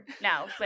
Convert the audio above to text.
now